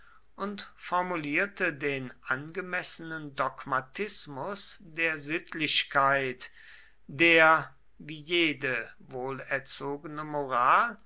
und formulierte den angemessenen dogmatismus der sittlichkeit der wie jede wohlerzogene moral